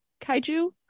kaiju